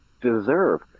deserve